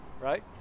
right